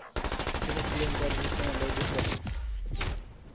ᱛᱤᱱᱟᱹᱜ ᱠᱤᱞᱳᱢᱤᱴᱟᱨ ᱦᱩᱭᱩᱜ ᱠᱟᱱᱟ ᱞᱟᱹᱭ ᱵᱤᱱ ᱠᱟᱹᱴᱤᱡ